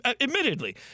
Admittedly